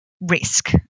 risk